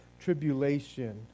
tribulation